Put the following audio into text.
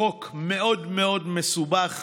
חוק מאוד מאוד מסובך,